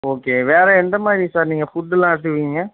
okay வேறு எந்த மாதிரி சார் நீங்கள் ஃபுட்டுலாம் எடுத்துக்குவீங்க